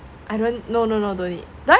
I don't know no no don't need